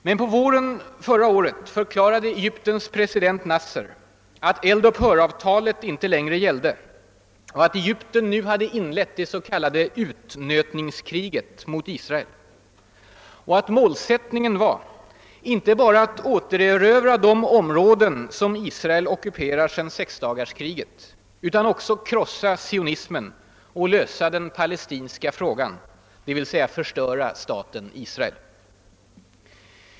Men på våren förra året förklarade Egyptens president Nasser att eld-upphör-avtalet inte längre gällde, att Egypten nu hade inlett det s.k. utnötningskriget mot Israel och att målsättningen var inte bara att återerövra de områden som Israel ockuperar sedan sexdagarskriget utan också att krossa sionismen och »lösa den palestinska frågan», d.v.s. förstöra staten Israel.